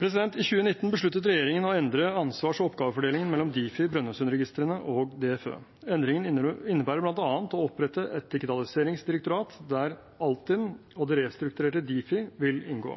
I 2019 besluttet regjeringen å endre ansvars- og oppgavefordelingen mellom Difi, Brønnøysundregistrene og DFØ. Endringen innebærer bl.a. å opprette et digitaliseringsdirektorat der Altinn og det restrukturerte Difi vil inngå.